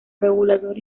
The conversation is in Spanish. regulador